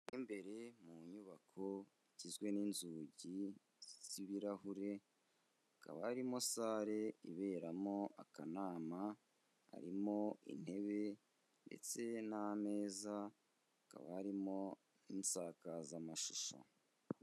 Mo imbere mu nyubako igizwe n'inzugi z'ibirahure, hakaba harimo sare iberamo akanama, hakamo intebe ndetse n'ameza, hakaba harimo insakazamashusho.